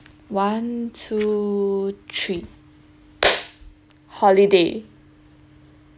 one two three holiday